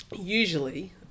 usually